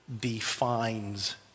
defines